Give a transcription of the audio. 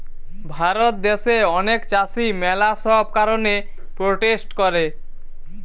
ভারত দ্যাশে অনেক চাষী ম্যালা সব কারণে প্রোটেস্ট করে